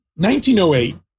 1908